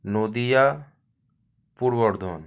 Nadia Purba Bardhaman